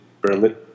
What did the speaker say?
berlin